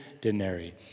denarii